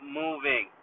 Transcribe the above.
moving